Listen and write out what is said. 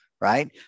right